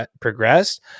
progressed